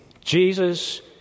Jesus